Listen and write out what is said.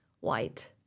white